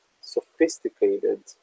sophisticated